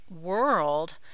world